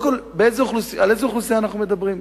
קודם כול, על איזו אוכלוסייה אנחנו מדברים?